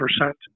percent